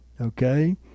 okay